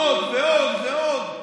עוד ועוד ועוד.